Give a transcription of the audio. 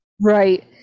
right